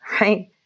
right